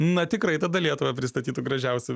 na tikrai tada lietuvą pristatytų gražiausia